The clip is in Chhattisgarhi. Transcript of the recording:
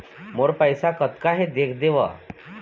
मोर पैसा कतका हे देख देव?